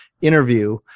interview